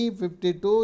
52